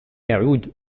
يعود